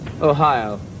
Ohio